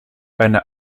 eine